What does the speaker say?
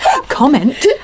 Comment